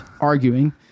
arguing